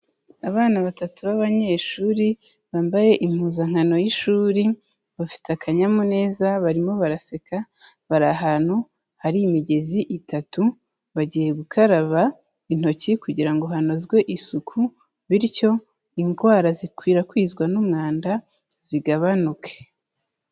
Abana batatu b'abanyeshuri bambaye impuzankano y'ishuri, bafite akanyamuneza barimo baraseka, bari ahantu hari imigezi itatu bagiye gukaraba intoki kugira ngo hanozwe isuku, bityo indwara zikwirakwizwa n'umwanda zigabanuke.